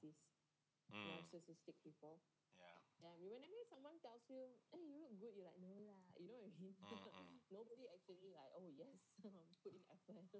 mm mm mm